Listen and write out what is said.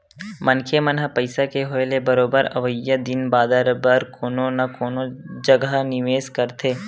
मनखे मन ह पइसा के होय ले बरोबर अवइया दिन बादर बर कोनो न कोनो जघा निवेस करथे